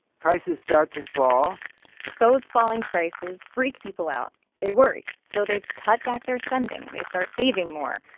prices start to fall those falling prices freak people out. they worry, so they cut back their spending. they start saving more,